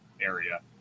area